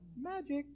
Magic